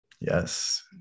Yes